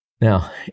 Now